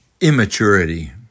Immaturity